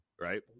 Right